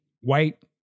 white